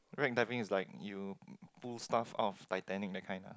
wreck diving is like you pull stuff out of Titanic that kind ah